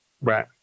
Right